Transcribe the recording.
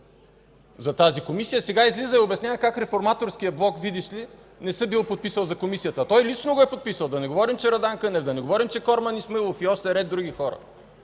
за тази Комисия, сега излиза и обяснява как Реформаторският блок, видиш ли, не се бил подписал за Комисията? Той лично го е подписал. Да не говорим за Радан Кънев, да не говорим за Корман Исмаилов и ред други хора.